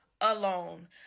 alone